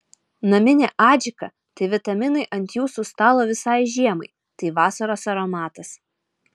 naminė adžika tai vitaminai ant jūsų stalo visai žiemai tai vasaros aromatas